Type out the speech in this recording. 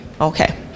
Okay